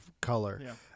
color